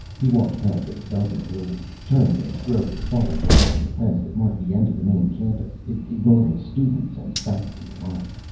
he walked past a dozen buildings, turned and strode as far as the decorative fence that marked the end of the main campus, ignoring students and faculty alike.